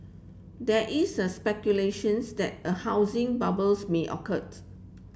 there is a speculations that a housing bubbles may occurred